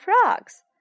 frogs